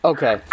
Okay